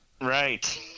Right